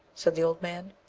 said the old man.